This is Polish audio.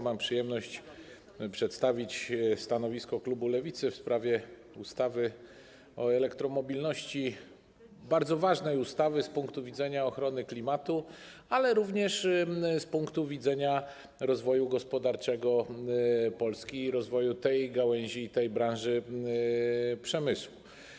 Mam przyjemność przedstawić stanowisko klubu Lewicy w sprawie ustawy o zmianie ustawy o elektromobilności, bardzo ważnej ustawy z punktu widzenia ochrony klimatu, ale również z punktu widzenia rozwoju gospodarczego Polski i rozwoju tej gałęzi i tej branży przemysłu.